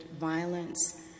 violence